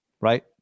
Right